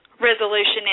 resolution